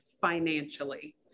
financially